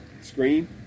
screen